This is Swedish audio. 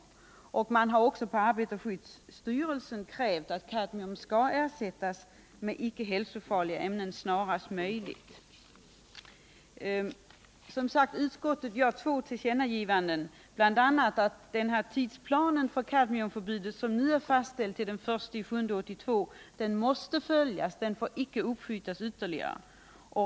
Arbetarskyddsstyrelsen har också krävt att kadmium snarast möjligt skall ersättas med icke hälsofarliga ämnen. Utskottet gör som sagt två tillkännagivanden. För det första säger vi att den tidpunkt för kadmiumförbud som nu är fastställd till den 1 juli 1982 måste hållas.